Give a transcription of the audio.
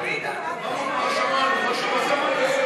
לא שמענו, לא שמענו.